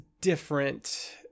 different